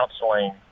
counseling